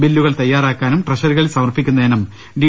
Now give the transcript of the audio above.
ബില്ലുകൾ തയാറാക്കാനും ട്രഷറികളിൽ സമർപ്പിക്കുന്നതിനും ഡി